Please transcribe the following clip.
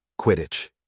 Quidditch